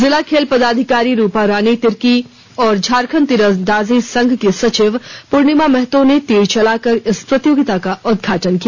जिला खेल पदाधिकारी रूपा रानी तिर्की और झारखंड तीरंदाजी संघ की सचिव पूर्णिमा महतो ने तीर चला कर इस प्रतियोगिता का उद्घाटन किया